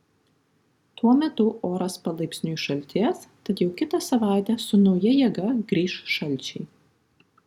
tuo metu oras palaipsniui šaltės tad jau kitą savaitę su nauja jėga grįš šalčiai